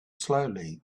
slowly